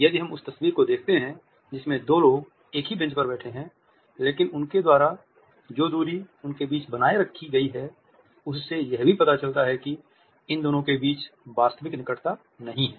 यदि हम उस तस्वीर को देखते हैं जिसमें दो लोग एक ही बेंच पर बैठे हैं लेकिन उनके द्वारा जो दूरी उनके बीच बनाए रखी गई है उससे यह भी पता चलता है कि इन दोनों के बीच कोई वास्तविक निकटता नहीं है